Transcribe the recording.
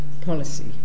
policy